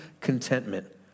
contentment